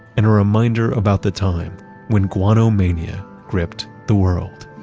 and a reminder about the time when guano mania gripped the world